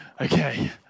okay